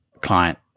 client